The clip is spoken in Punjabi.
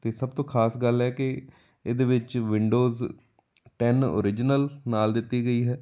ਅਤੇ ਸਭ ਤੋਂ ਖਾਸ ਗੱਲ ਹੈ ਕਿ ਇਹਦੇ ਵਿੱਚ ਵਿੰਡੋਜ਼ ਟੈਂਨ ਔਰਿਜਨਲ ਨਾਲ ਦਿੱਤੀ ਗਈ ਹੈ